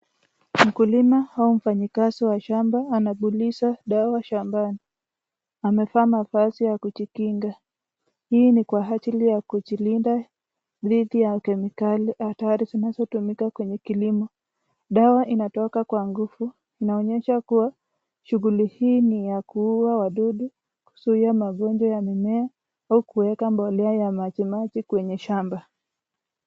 Mkulima au mfanyikazi wa shamba anapuliza dawa shambani. Amevaa mavazi ya kujikinga. Hii ni kwa ajili ya kujilinda dhidi ya kemikali hatari zinazotumika kwenye kilimo. Dawa inatoka kwa nguvu. Inaonyesha kuwa shughuli hii ni ya kuua wadudu, kuzuia magonjwa ya mimea, au kuweka mbolea ya majimaji kwenye shamba.